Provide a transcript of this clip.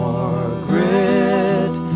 Margaret